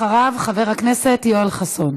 אחריו, חבר הכנסת יואל חסון.